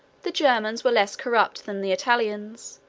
the germans were less corrupt than the italians,